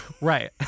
Right